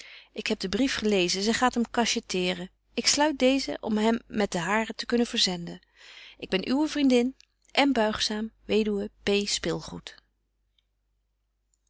ik heb den brief gelezen zy gaat hem cachetteren ik sluit deezen om hem met den haren te kunnen verzenden ik ben uwe vriendin m b